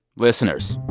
listeners.